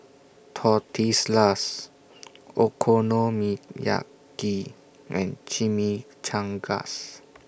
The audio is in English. Tortillas Okonomiyaki and Chimichangas